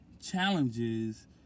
challenges